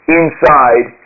inside